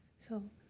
so